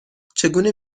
چگونه